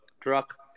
truck